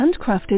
handcrafted